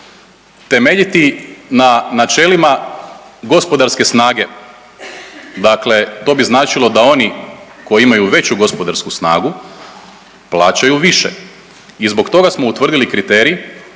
temeljiti na načelima gospodarske snage, dakle to bi značilo da oni koji imaju veću gospodarsku snagu plaćaju više i zbog toga smo utvrdili kriterij